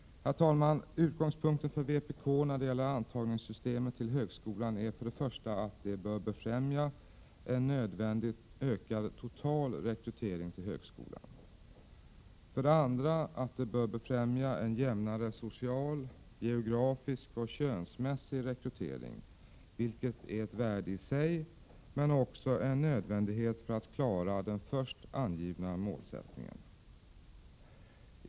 Herr talman! Vpk:s utgångspunkt för systemet med antagning till högskolan är att detta system för det första bör befrämja en nödvändig total ökning av rekryteringen till högskolan. För det andra bör det befrämja en jämnare social, geografisk och könsmässig rekrytering, vilket är ett värde i sig men också en nödvändighet för att klara det förstnämnda målet.